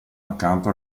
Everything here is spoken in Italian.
accanto